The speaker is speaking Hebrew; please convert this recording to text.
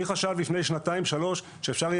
מי חשב לפני שנתיים-שלוש שאפשר יהיה